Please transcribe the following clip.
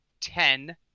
ten